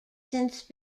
since